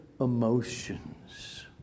emotions